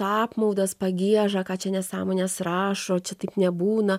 apmaudas pagieža ką čia nesąmones rašo čia taip nebūna